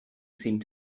seemed